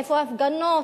איפה ההפגנות,